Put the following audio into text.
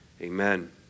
amen